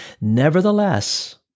nevertheless